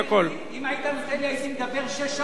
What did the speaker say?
אם היית נותן לי הייתי מדבר שש שעות על מה,